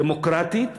דמוקרטית,